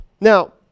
Now